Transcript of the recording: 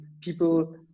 People